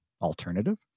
alternative